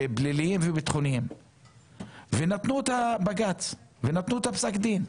הפליליים והביטחוניים ונתנו את פסק הדין.